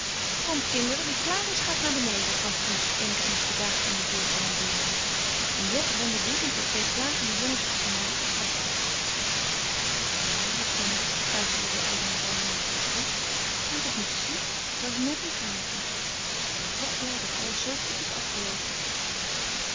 komt kinderen wie klaar is gaat naar beneden kwam truus eenigszins bedaard aan de deur commandeeren en jet rende woedend de twee plagende jongens achterna de trappen af die eline met tina fluisterde de oude mevrouw later tot truus je had het moeten zien het was net een plaatje ik ben toch blij dat alles zoo goed is afgeloopen